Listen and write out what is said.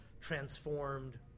transformed